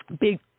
Big